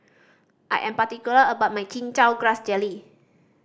I am particular about my Chin Chow Grass Jelly